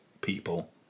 people